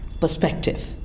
perspective